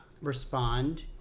respond